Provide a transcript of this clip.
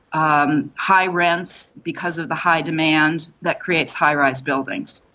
um high rents because of the high demand, that creates high rise buildings.